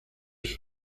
sus